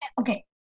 okay